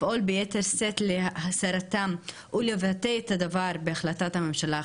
לפעול ביתר שאת להסרתם ולבטא את הדבר בהחלטת הממשלה החדשה.